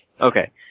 Okay